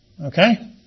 okay